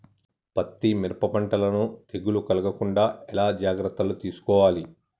పత్తి మిరప పంటలను తెగులు కలగకుండా ఎలా జాగ్రత్తలు తీసుకోవాలి?